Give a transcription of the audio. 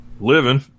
living